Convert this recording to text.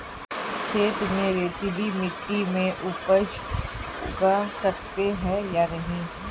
खेत में रेतीली मिटी में उपज उगा सकते हैं या नहीं?